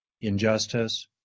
injustice